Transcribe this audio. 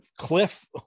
Cliff